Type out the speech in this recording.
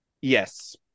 Yes